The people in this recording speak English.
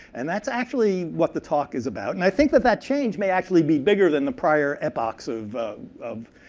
and that's actually what the talk is about. and i think that that change may actually be bigger than the prior epox of of